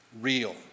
real